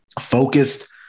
focused